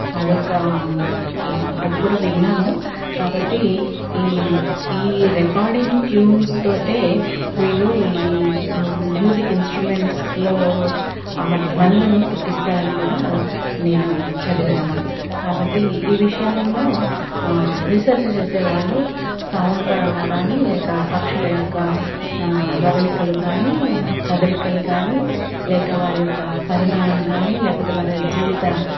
అదొక అది కూడా విన్నాను కాబట్టి ఈ ఈ రికార్డింగ్ ట్యూన్స్తో వీళ్ళు ఈ మ్యూజిక్ ఇన్స్ట్రుమెంట్స్లో ఆ ధ్వనులను పుట్టిస్తారు అని కూడా నేను చదివాను కాబట్టి ఈ విషయాలలో రీసెర్చ్ చేసేవాళ్ళు సౌండ్ పరంగా కానీ లేక పక్షుల యొక్క రవళికలు కానీ కదలికలు కానీ లేక వారి యొక్క పరిమాణం కానీ లేకపోతే వారి జీవిత